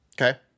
Okay